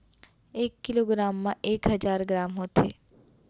एक kilogram मा एक हजार ग्राम होथे